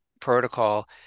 protocol